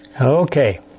Okay